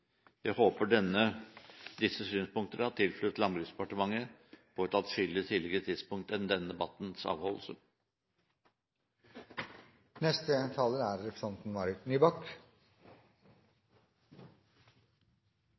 Jeg håper disse synspunkter har tilflytt Landbruksdepartementet på et atskillig tidligere tidspunkt enn denne debattens